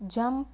jump